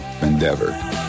endeavor